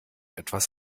etwas